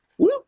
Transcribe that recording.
woo